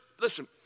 listen